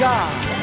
God